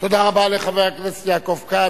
תודה רבה לחבר הכנסת יעקב כץ.